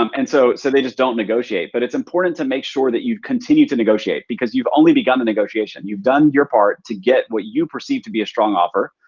um and so so they just don't negotiate. but it's important to make sure that you continue to negotiate because you've only begun the negotiation. you've done your part to get what you perceive to be a strong offer.